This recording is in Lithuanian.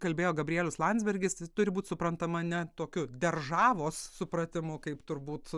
kalbėjo gabrielius landsbergis tai turi būt suprantama ne tokiu deržavos supratimu kaip turbūt